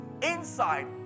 inside